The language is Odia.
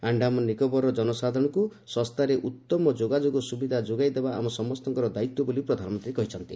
ଆଶ୍ଡାମାନ୍ ନିକୋବରର ଜନସାଧାରଣଙ୍କୁ ଶସ୍ତାରେ ଉତ୍ତମ ଯୋଗାଯୋଗ ସୁବିଧା ଯୋଗାଇ ଦେବା ଆମ ସମସ୍ତଙ୍କର ଦାୟିତ୍ୱ ବୋଲି ପ୍ରଧାନମନ୍ତ୍ରୀ କହିଛନ୍ତି